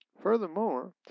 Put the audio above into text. Furthermore